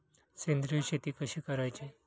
सेंद्रिय शेती कशी करायची?